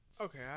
Okay